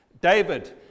David